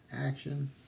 action